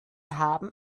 haben